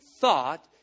thought